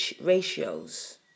ratios